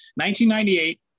1998